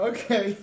Okay